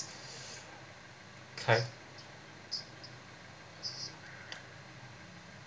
kind